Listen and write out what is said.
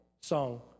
song